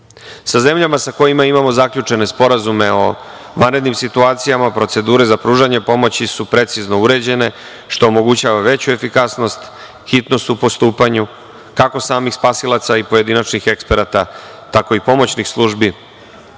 zemljama sa kojima imamo zaključene sporazume o vanrednim situacijama, procedure za pružanje pomoći su precizno uređene, što omogućava veću efikasnost, hitnost u postupanju kako samih spasilaca i pojedinačnih eksperata, tako i pomoćnih službi